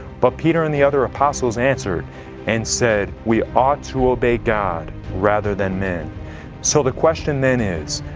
but peter and the other apostles answered and said we ought to obey god rather than men so the question then is,